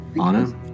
Anna